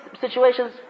situations